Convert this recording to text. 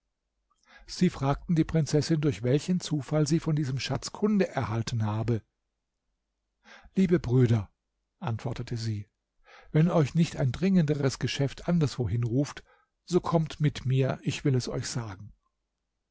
sie fragten die prinzessin durch welchen zufall sie von diesem schatz kunde erhalten habe liebe brüder antwortete sie wenn euch nicht ein dringenderes geschäft anderswohin ruft so kommt mit mir ich will es euch sagen